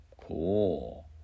Cool